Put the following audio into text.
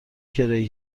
کرایه